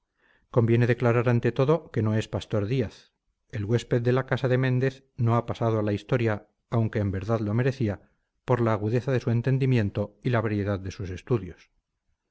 conviene declarar ante todo que no es pastor díaz el huésped de la casa de méndez no ha pasado a la historia aunque en verdad lo merecía por la agudeza de su entendimiento y la variedad de sus estudios